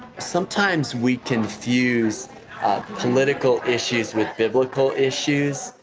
sometimes we confuse political issues with biblical issues.